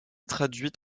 traduites